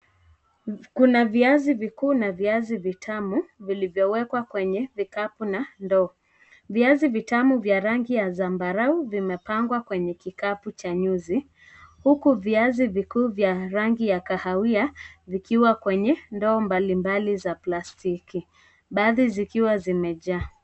Kuna viazi vikuu na viazi vitamu vilivyowekwa kwenye vikapu na ndoo. Viazi vitamu vya rangi ya zambarau vimepangwa kwenye kikapu cha nyuzi huku viazi vikuu vya rangi ya kahawia vikiwa kwenye ndoo mbalimbali za plastiki baadhi zikiwa zimejaa.